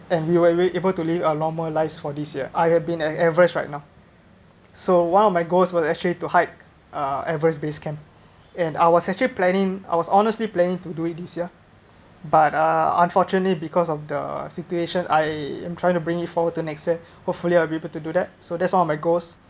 and we were able to live a normal life for this year I have been at everest right now so one of my goals was actually to hike uh everest base camp and I was actually planning I was honestly planning to do it this year but uh unfortunately because of the situation I am trying to bring it forward to next year hopefully I'll be able to do that so that's one of my goals